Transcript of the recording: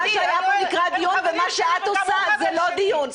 מה שאת עושה זה לא דיון.